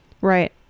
right